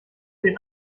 den